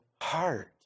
heart